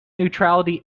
neutrality